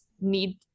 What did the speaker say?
need